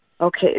Okay